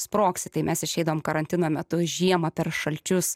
sprogsi tai mes išeidavom karantino metu žiemą per šalčius